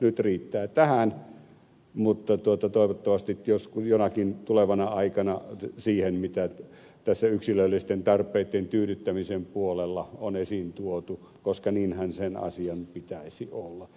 nyt riittää tähän mutta toivottavasti jonakin tulevana aikana siihen mitä tässä yksilöllisten tarpeiden tyydyttämisen puolella on esiin tuotu koska niinhän sen asian pitäisi olla